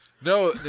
No